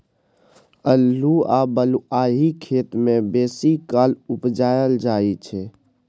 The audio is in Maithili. अल्हुआ बलुआही खेत मे बेसीकाल उपजाएल जाइ छै